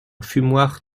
fumoir